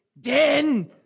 den